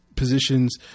positions